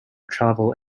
travel